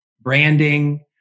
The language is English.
branding